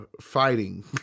fighting